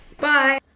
Bye